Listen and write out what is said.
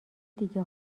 دیگه